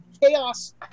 chaos